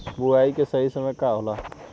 बुआई के सही समय का होला?